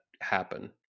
happen